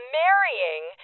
marrying